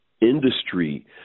industry